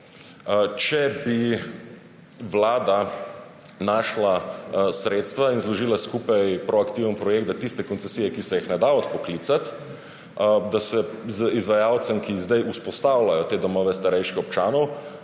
če bi vlada našla sredstva in zložila skupaj proaktiven projekt, da tiste koncesije, ki se jih ne da odpoklicati, da se k izvajalcem, ki zdaj vzpostavljajo te domove starejših občanov,